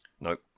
Nope